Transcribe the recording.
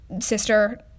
sister